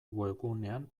webgunean